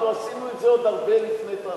אנחנו עשינו את זה עוד הרבה לפני טרכטנברג.